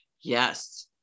Yes